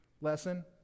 lesson